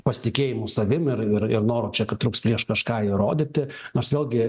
pasitikėjimu savim ir ir noru čia kad trūks plyš kažką įrodyti nors vėlgi